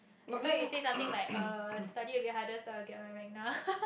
I thought you say something like uh study a bit harder so I'll get my Magna